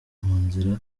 munzira